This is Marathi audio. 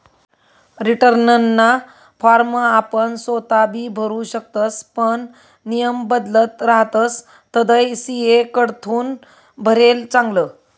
रीटर्नना फॉर्म आपण सोताबी भरु शकतस पण नियम बदलत रहातस तधय सी.ए कडथून भरेल चांगलं